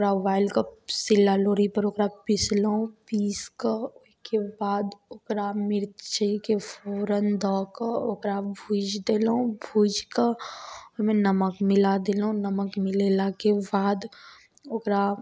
ओकरा उबालिकऽ सिल्ला लोढ़ीपर ओकरा पिसलहुँ पीसकऽ ओइके बाद ओकरा मिर्चीके फोरन दऽ कऽ ओकरा भुजि देलहुँ भुजिकऽ ओइमे नमक मिला देलहुँ नमक मिलेलाके बाद ओकरा